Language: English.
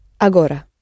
agora